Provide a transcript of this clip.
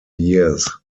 years